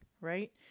right